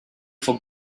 for